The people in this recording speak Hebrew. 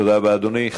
תודה רבה, אדוני.